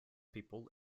peoples